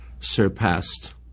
surpassed